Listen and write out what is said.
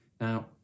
Now